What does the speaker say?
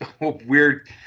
weird